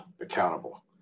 accountable